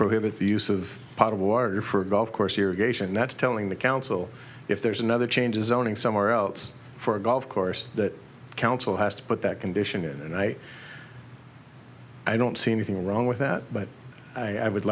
prohibit the use of part of water for a golf course irrigation that's telling the council if there's another change is owning somewhere else for a golf course that the council has to put that condition in and i i don't see anything wrong with that but i would